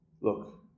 look